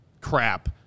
crap